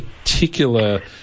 particular